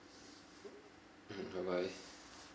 mm bye bye